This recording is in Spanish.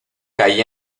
caí